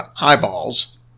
eyeballs